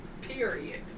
period